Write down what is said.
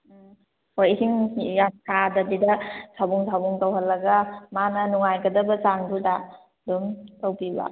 ꯎꯝ ꯑꯣ ꯏꯁꯤꯡ ꯌꯥꯝ ꯁꯥꯗꯕꯤꯗ ꯁꯥꯕꯨꯡ ꯁꯥꯕꯨꯡ ꯇꯧꯍꯜꯂꯒ ꯃꯥꯅ ꯅꯨꯡꯉꯥꯏꯒꯗꯕ ꯆꯥꯡꯗꯨꯗ ꯑꯗꯨꯝ ꯇꯧꯕꯤꯕ